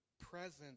presence